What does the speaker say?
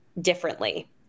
differently